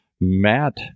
Matt